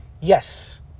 yes